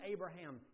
Abraham